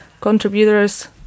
contributors